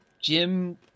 Jim